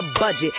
budget